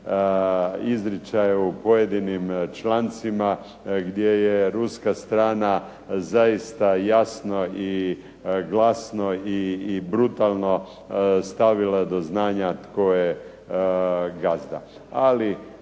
izričaje u pojedinim člancima, gdje je ruska strana zaista jasno i glasno i brutalno stavila do znanja tko je gazda.